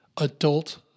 adult